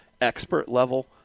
expert-level